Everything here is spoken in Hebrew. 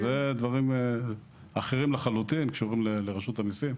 אלה דברים אחרים לחלוטין שקשורים לרשות המיסים,